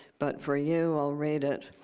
but for you, i'll read it.